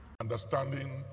Understanding